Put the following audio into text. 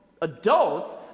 adults